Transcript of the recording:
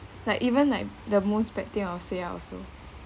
like even like the most bad thing I will say out also